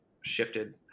shifted